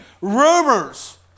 rumors